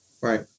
Right